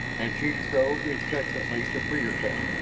and she strove incessantly to free herself,